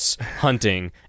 hunting